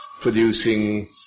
producing